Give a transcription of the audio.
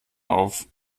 auf